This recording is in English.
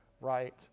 right